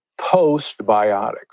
postbiotics